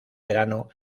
verano